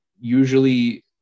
usually